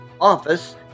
office